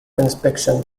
inspection